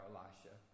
Elisha